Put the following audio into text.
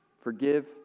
Forgive